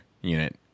unit